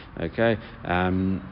Okay